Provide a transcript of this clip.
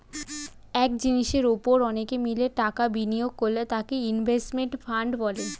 এক জিনিসের উপর অনেকে মিলে টাকা বিনিয়োগ করলে তাকে ইনভেস্টমেন্ট ফান্ড বলে